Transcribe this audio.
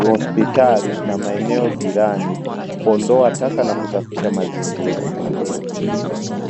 hospitali na maeneo jirani kuondoa taka na kusafisha mazingira.